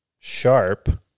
sharp